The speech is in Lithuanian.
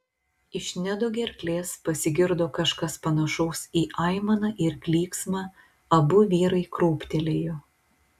iš nedo gerklės pasigirdo kažkas panašaus į aimaną ir klyksmą abu vyrai krūptelėjo